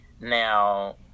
Now